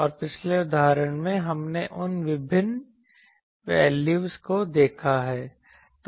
और पिछले उदाहरण में हमने उन विभिन्न वैल्यूज़ को देखा है